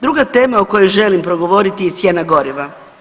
Druga tema o kojoj želim progovoriti je cijena goriva.